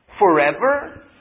Forever